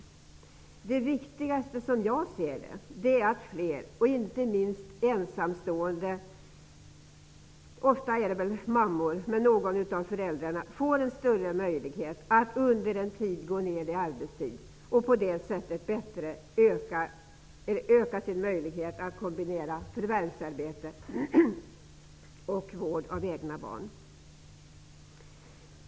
Men det viktigaste är att fler, inte minst ensamstående föräldrar, ofta mammor, får större möjlighet att under en tid gå ned i arbetstid och på det sättet öka möjligheten att kombinera förvärvsarbete och vård av egna barn.